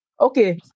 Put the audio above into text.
Okay